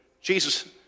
Jesus